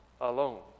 alone